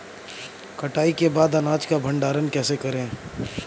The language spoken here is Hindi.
कटाई के बाद अनाज का भंडारण कैसे करें?